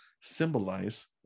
symbolize